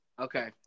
Okay